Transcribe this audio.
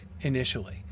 initially